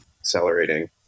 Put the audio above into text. accelerating